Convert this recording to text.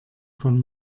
von